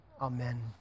Amen